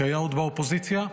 כשעוד שהיה באופוזיציה,